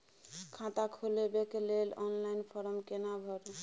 खाता खोलबेके लेल ऑनलाइन फारम केना भरु?